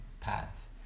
path